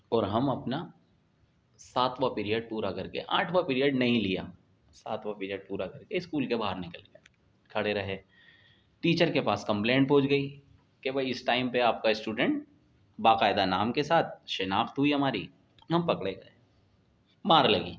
اور ہم اپنا ساتواں پیریڈ پورا کر کے آٹھواں پیریڈ نہیں لیا ساتواں پیریڈ پورا کر کے اسکول کے باہر نکل گیا کھڑے رہے ٹیچر کے پاس کمپلین پہنچ گئی کہ بھائی اس ٹائم پہ آپ کا اسٹوڈنٹ باقاعدہ نام کے ساتھ شناخت ہوئی ہماری ہم پکڑے گئے مار لگی